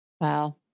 Wow